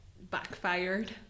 backfired